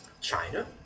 China